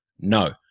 No